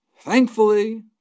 Thankfully